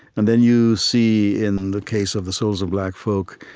and then you see, in the case of the souls of black folk,